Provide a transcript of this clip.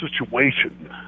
situation